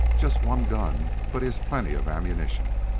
just one gun but he has plenty of ammunition